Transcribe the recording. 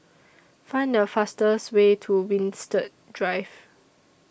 Find The fastest Way to Winstedt Drive